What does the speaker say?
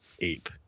ape